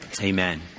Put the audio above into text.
Amen